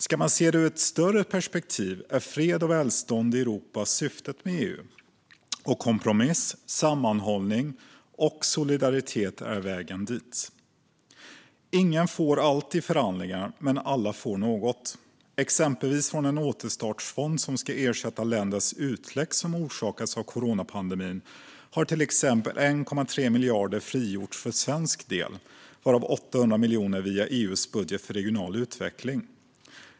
Ska man se det ur ett större perspektiv är fred och välstånd i Europa syftet med EU, och kompromiss, sammanhållning och solidaritet är vägen dit. Ingen får allt i förhandlingarna, men alla får något. Från den återstartsfond som ska ersätta länders utlägg som orsakats av coronapandemin har till exempel 1,3 miljarder frigjorts för svensk del, varav 800 miljoner via EU:s budget för regional utveckling.